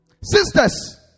sisters